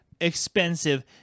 expensive